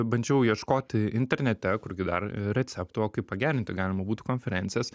bandžiau ieškoti internete kur gi dar recepto kaip pagerinti galima būtų konferencijas